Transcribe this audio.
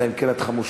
אלא אם כן את חמושה,